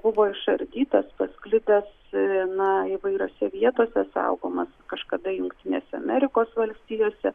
buvo išardytas pasklidęs na įvairiose vietose saugomas kažkada jungtinėse amerikos valstijose